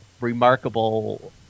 remarkable